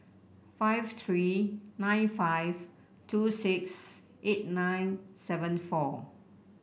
five three nine five two six eight nine seven four